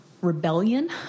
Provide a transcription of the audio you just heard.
rebellion